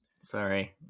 sorry